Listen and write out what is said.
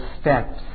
steps